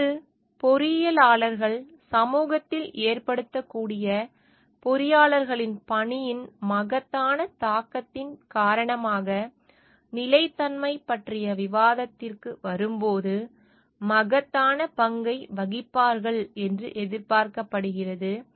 இன்று பொறியியலாளர்கள் சமூகத்தில் ஏற்படுத்தக்கூடிய பொறியாளர்களின் பணியின் மகத்தான தாக்கத்தின் காரணமாக நிலைத்தன்மை பற்றிய விவாதத்திற்கு வரும்போது மகத்தான பங்கை வகிப்பார்கள் என்று எதிர்பார்க்கப்படுகிறது